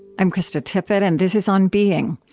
i'm krista tippett, and this is on being.